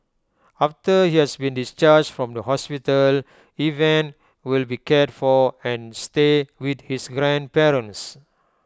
after he has been discharged from the hospital Evan will be cared for and stay with his grandparents